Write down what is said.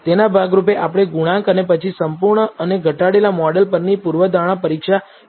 તેના ભાગ રૂપે આપણે ગુણાંક અને પછી સંપૂર્ણ અને ઘટાડેલા મોડેલ પરની પૂર્વધારણા પરીક્ષણ તરફ ધ્યાન આપવાનું છે